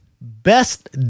Best